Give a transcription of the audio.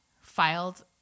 filed